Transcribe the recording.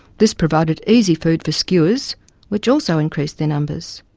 this provided easy food for skuas which also increased their numbers.